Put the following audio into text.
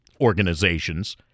organizations